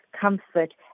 comfort